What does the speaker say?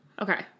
Okay